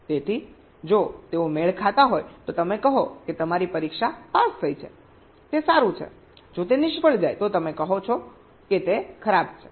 તેથી જો તેઓ મેળ ખાતા હોય તો તમે કહો કે તમારી પરીક્ષા પાસ થઈ છે તે સારું છે જો તે નિષ્ફળ જાય તો તમે કહો છો કે તે ખરાબ છે